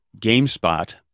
Gamespot